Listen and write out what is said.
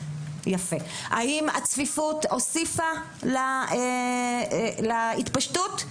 והצפיפות הוסיפה להתפשטות.